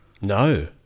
No